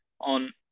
on